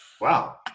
wow